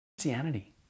Christianity